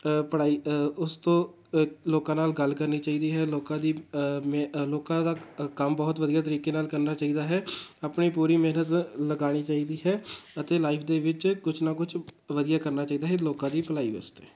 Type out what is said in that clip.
ਪੜ੍ਹਾਈ ਉਸ ਤੋਂ ਲੋਕਾਂ ਨਾਲ ਗੱਲ ਕਰਨੀ ਚਾਹੀਦੀ ਹੈ ਲੋਕਾਂ ਦੀ ਮ ਲੋਕਾਂ ਦਾ ਕੰਮ ਬਹੁਤ ਵਧੀਆ ਤਰੀਕੇ ਨਾਲ ਕਰਨਾ ਚਾਹੀਦਾ ਹੈ ਆਪਣੀ ਪੂਰੀ ਮਿਹਨਤ ਲਗਾਉਣੀ ਚਾਹੀਦੀ ਹੈ ਅਤੇ ਲਾਈਫ ਦੇ ਵਿੱਚ ਕੁਛ ਨਾ ਕੁਛ ਵਧੀਆ ਕਰਨਾ ਚਾਹੀਦਾ ਹੈ ਲੋਕਾਂ ਦੀ ਭਲਾਈ ਵਾਸਤੇ